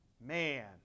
Man